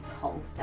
cold